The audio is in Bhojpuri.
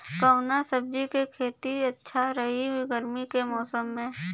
कवना सब्जी के खेती अच्छा रही गर्मी के मौसम में?